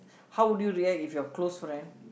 how would you react if your close friend